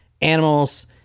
animals